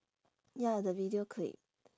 ya the video clip